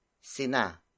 Sina